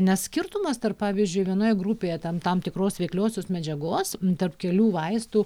nes skirtumas tarp pavyzdžiui vienoje grupėje ten tam tikros veikliosios medžiagos tarp kelių vaistų